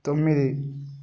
తొమ్మిది